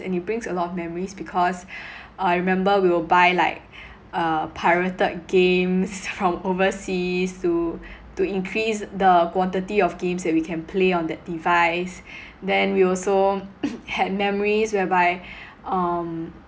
and it brings a lot of memories because uh remember we will buy like uh pirated games from overseas to to increase the quantity of games that we can play on that device then we also had memories whereby um